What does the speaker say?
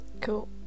Cool